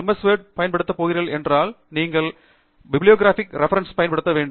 S word ஐப் பயன்படுத்தப் போகிறீர்கள் என்றால் நீங்கள் பைபிலிவ்க்ராபிக் ரெபெரென்சஸ் பயன்படுத்தப்பட வேண்டும்